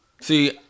See